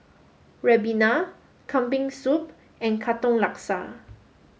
Ribena Kambing Soup and Katong Laksa